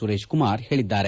ಸುರೇಶ್ ಕುಮಾರ್ ಹೇಳಿದ್ದಾರೆ